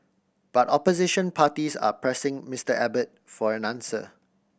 but opposition parties are pressing Mister Abbott for an answer